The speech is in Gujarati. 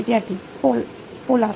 વિદ્યાર્થી પોલાર